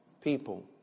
people